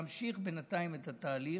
להמשיך בינתיים את התהליך.